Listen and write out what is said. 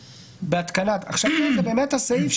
בהצעת החוק של תיקון חוק הסמכויות,